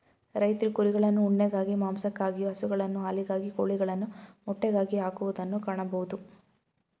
ರೈತ್ರು ಕುರಿಗಳನ್ನು ಉಣ್ಣೆಗಾಗಿ, ಮಾಂಸಕ್ಕಾಗಿಯು, ಹಸುಗಳನ್ನು ಹಾಲಿಗಾಗಿ, ಕೋಳಿಗಳನ್ನು ಮೊಟ್ಟೆಗಾಗಿ ಹಾಕುವುದನ್ನು ಕಾಣಬೋದು